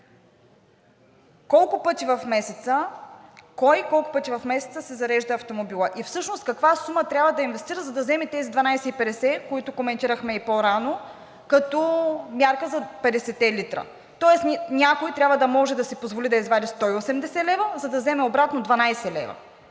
колко пъти в месеца си зарежда автомобила и всъщност каква сума трябва да инвестира, за да вземе тези 12,50, които коментирахме и по-рано като мярка за 50-те литра? Тоест някой трябва да може да си позволи да извади 180 лв., за да вземе обратно 12 лв.